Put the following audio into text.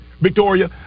Victoria